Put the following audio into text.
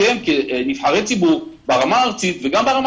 אתם כנבחרי ציבור ברמה הארצית וגם ברמה